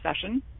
session